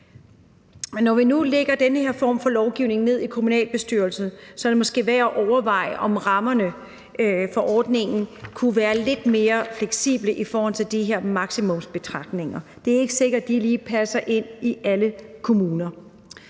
når vi nu lægger den her form for lovgivning ned i kommunalbestyrelserne, er det måske værd at overveje, om rammerne for ordningen kunne være lidt mere fleksible i forhold til de her maksimumsbetragtninger. Det er ikke sikkert, at de lige passer ind i alle kommuner.